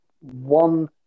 one